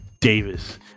davis